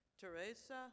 Teresa